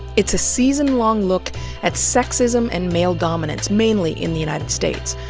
it's a season-long look at sexism and male dominance, mainly in the united states.